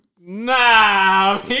Nah